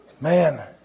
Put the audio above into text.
Man